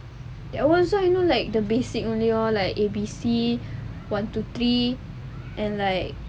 that was one I know like the basic only uh like A B C one two three and like